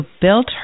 built